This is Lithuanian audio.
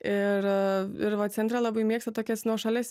ir ir va centre labai mėgstu tokias nuošalias